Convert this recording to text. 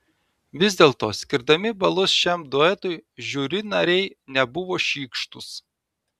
vis dėlto skirdami balus šiam duetui žiuri nariai nebuvo šykštūs